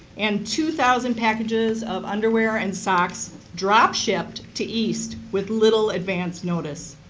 and two thousand packages of underwear and socks drop shipped to east with little advanced notice.